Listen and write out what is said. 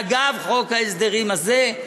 ואגב, חוק ההסדרים הזה,